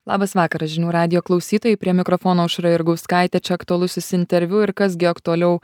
labas vakaras žinių radijo klausytojai prie mikrofono aušra jurgauskaitė čia aktualusis interviu ir kas gi aktualiau